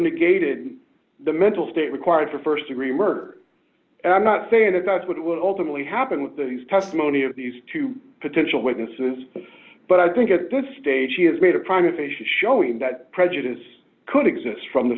negated the mental state required for st degree murder and i'm not saying that that's what will ultimately happen with the testimony of these two potential witnesses but i think at this stage he has made a prime official showing that prejudice could exist from the